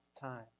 time